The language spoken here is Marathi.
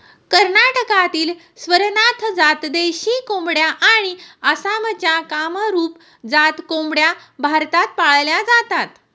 कर्नाटकातील स्वरनाथ जात देशी कोंबड्या आणि आसामच्या कामरूप जात कोंबड्या भारतात पाळल्या जातात